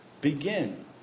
begin